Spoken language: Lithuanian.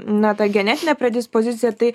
na ta genetinė predispozicija tai